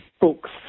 books